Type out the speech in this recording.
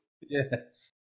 Yes